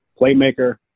Playmaker